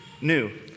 new